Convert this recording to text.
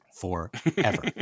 forever